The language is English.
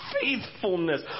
faithfulness